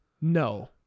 No